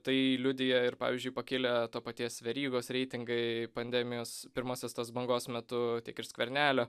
tai liudija ir pavyzdžiui pakilę to paties verygos reitingai pandemijos pirmosios tos bangos metu tiek ir skvernelio